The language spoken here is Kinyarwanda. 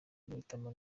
guhitamo